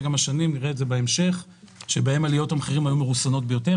בהן עליות המחירים היו מרוסנות ביותר.